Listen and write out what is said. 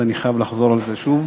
אז אני חייב לחזור על זה שוב,